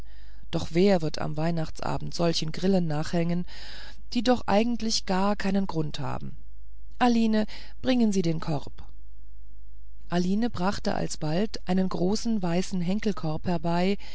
doch wer wird am weihnachtsabende solchen grillen nachhängen die doch eigentlich gar keinen grund haben aline bringe sie den korb aline brachte alsbald einen großen weißen henkelkorb herbei